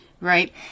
right